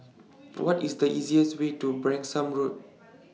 What IS The easiest Way to Branksome Road